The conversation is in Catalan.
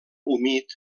humit